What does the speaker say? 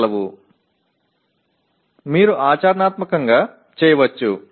க்களை நிவர்த்தி செய்யக்கூடும்